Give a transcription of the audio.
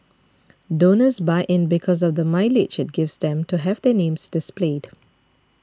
donors buy in because of the mileage it gives them to have their names displayed